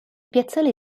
piazzale